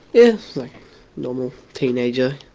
yeah, like a normal teenager.